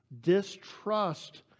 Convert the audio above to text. Distrust